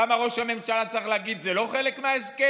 למה ראש הממשלה צריך להגיד: זה לא חלק מההסכם,